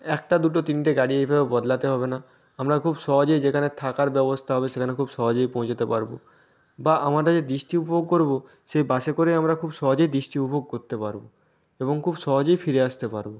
একটা দুটো তিনটে গাড়ি এভাবে বদলাতে হবে না আমরা খুব সহজেই যেখানে থাকার ব্যবস্থা হবে সেখানে খুব সহজেই পৌঁছতে পারব বা আমাদের যে দৃষ্টি উপভোগ করব সেই বাসে করে আমরা খুব সহজেই দৃষ্টি উপভোগ করতে পারব এবং খুব সহজেই ফিরে আসতে পারব